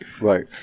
Right